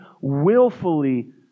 willfully